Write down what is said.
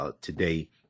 today